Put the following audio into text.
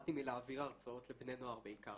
התחלתי מלהעביר הרצאות לבני נוער בעיקר.